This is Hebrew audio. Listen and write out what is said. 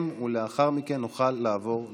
לאחר מכן נוכל לעבור להצבעה.